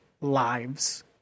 lives